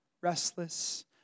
restless